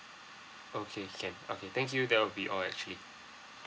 okay can okay thank you that will be all actually